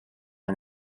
and